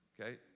okay